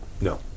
No